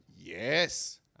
Yes